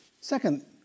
Second